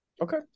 Okay